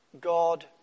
God